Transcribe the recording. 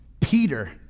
Peter